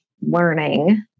learning